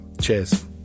Cheers